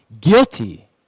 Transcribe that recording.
guilty